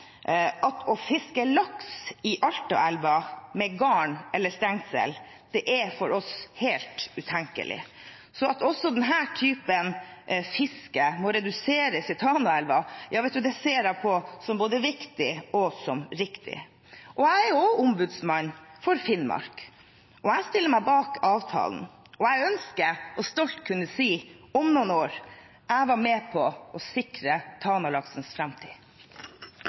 at å fiske laks i Altaelva med garn eller stengsel er for oss helt utenkelig, så at også denne typen fiske må reduseres i Tanaelva, ser jeg på som både viktig og riktig. Jeg er også ombudsmann for Finnmark, og jeg stiller meg bak avtalen. Jeg ønsker om noen år med stolthet å kunne si at jeg var med på å sikre Tana-laksens framtid.